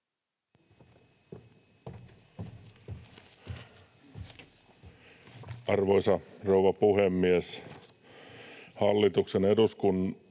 arvoisa rouva puhemies! Hallituksen esitystä